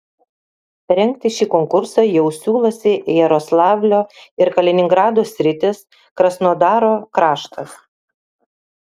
rengti šį konkursą jau siūlosi jaroslavlio ir kaliningrado sritys krasnodaro kraštas